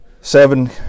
seven